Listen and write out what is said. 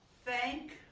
thank,